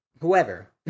whoever